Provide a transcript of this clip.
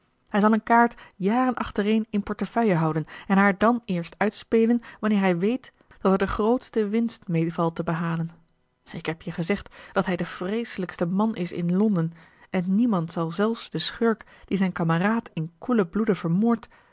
hij zal een kaart jaren achtereen in portefeuille houden en haar dan eerst uitspelen wanneer hij weet dat er de grootste winst mee valt te behalen ik heb je gezegd dat hij de vreeselijkste man is in londen en niemand zal zelfs den schurk die zijn kameraad in koelen bloede vermoordt